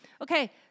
okay